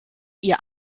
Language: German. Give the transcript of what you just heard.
ihr